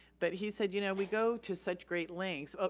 but he said you know we go to such great lengths. ah